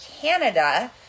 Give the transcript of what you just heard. Canada